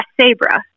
Sabra